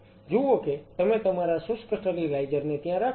જુઓ કે તમે તમારા શુષ્ક સ્ટરીલાઈઝર ને ત્યાં રાખો છો